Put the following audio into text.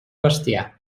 bestiar